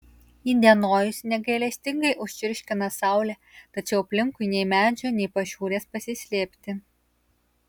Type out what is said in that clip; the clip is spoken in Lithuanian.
įdienojus negailestingai užčirškina saulė tačiau aplinkui nei medžio nei pašiūrės pasislėpti